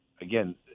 again